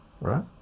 right